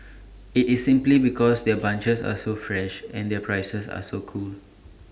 IT is simply because their bunches are so fresh and their prices are so cool